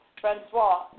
Francois